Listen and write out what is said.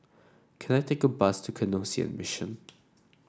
can I take a bus to Canossian Mission